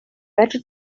fedri